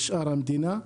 בשאר המדינה.